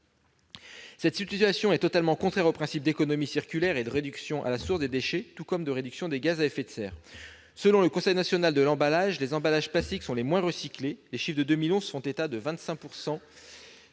Cette situation est totalement contraire au principe de l'économie circulaire et à la réduction à la source des déchets, tout comme à la réduction des émissions de gaz à effet de serre. Selon le Conseil national de l'emballage, les emballages en plastique sont les moins recyclés : autour de 25 %, je le